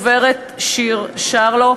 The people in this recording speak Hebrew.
ולדוברת שיר שרלו,